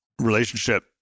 relationship